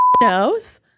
knows